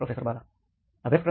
professor बाला अभ्यासक्रम